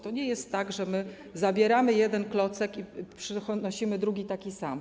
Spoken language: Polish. To nie jest tak, że my zabieramy jeden klocek i przynosimy drugi taki sam.